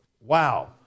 Wow